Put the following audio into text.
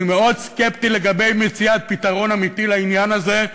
אני מאוד סקפטי לגבי מציאת פתרון אמיתי לעניין הזה,